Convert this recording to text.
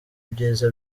ibyiza